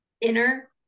inner